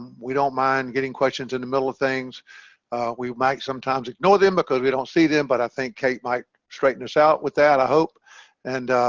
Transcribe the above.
we don't mind getting questions in the middle of things we might sometimes ignore them because we don't see them but i think kate might straighten us out with that i hope and